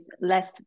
less